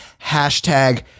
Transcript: Hashtag